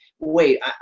Wait